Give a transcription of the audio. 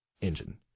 engine